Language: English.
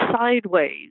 sideways